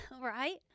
Right